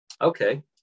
Okay